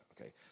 okay